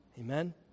Amen